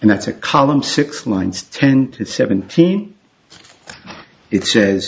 and that's a column six lines ten to seventeen it says